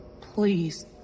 Please